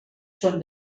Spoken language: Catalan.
són